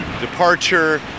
departure